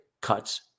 cuts